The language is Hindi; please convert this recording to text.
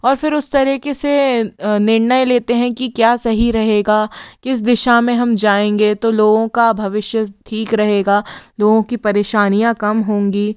और फिर उस तरीके से निर्णय लेते हैं कि क्या सही रहेगा किस दिशा में हम जाएंगे तो लोगों का भविष्य ठीक रहेगा लोगों की परेशानियां कम होंगी